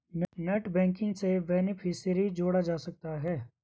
net banking से beneficiary जोड़ा जा सकता है